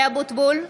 (קוראת בשמות חברי הכנסת)